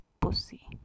pussy